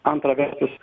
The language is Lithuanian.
antra vertus